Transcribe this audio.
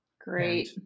Great